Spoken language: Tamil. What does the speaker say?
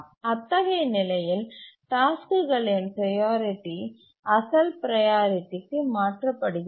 அத்தகைய நிலையில் டாஸ்க்குகளின் ப்ரையாரிட்டி அசல் ப்ரையாரிட்டிக்கு மாற்ற படுகிறது